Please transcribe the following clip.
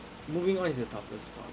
moving on is the toughest part